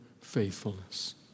faithfulness